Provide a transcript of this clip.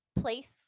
place